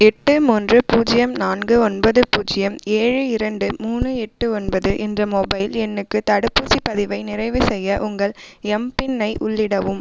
எட்டு மூன்று பூஜ்ஜியம் நான்கு ஒன்பது பூஜ்ஜியம் ஏழு இரண்டு மூணு எட்டு ஒன்பது என்ற மொபைல் எண்ணுக்கு தடுப்பூசிப் பதிவை நிறைவு செய்ய உங்கள் எம்பின்ஐ உள்ளிடவும்